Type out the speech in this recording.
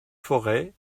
forêts